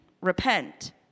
repent